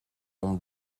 ondes